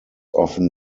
often